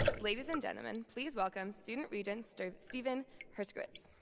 ladies and gentlemen please welcome student regent steven hershkowitz.